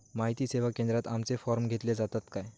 माहिती सेवा केंद्रात आमचे फॉर्म घेतले जातात काय?